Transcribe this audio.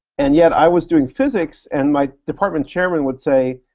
and yet i was doing physics, and my department chairman would say,